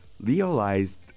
realized